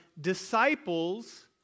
disciples